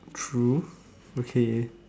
true okay